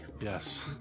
Yes